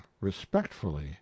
respectfully